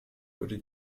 wurde